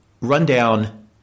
rundown